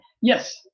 yes